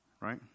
right